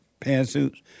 pantsuits